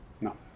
No